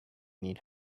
need